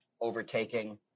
overtaking